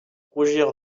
rougir